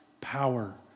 power